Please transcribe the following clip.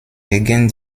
gegen